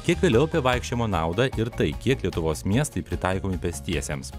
kiek vėliau apie vaikščiojimo naudą ir tai kiek lietuvos miestai pritaikomi pėstiesiems